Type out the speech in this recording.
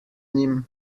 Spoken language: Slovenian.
njim